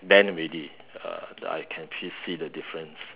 then already uh I can actually see the difference